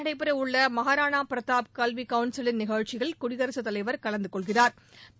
நடைபெற உள்ள மாகாராணா பிரதாப் கல்வி கவுன்சிலின் நிகழ்ச்சியில் நாளை குடியரசுத்தலைவா் கலந்துகொள்கிறாா்